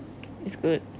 it's good